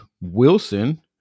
Wilson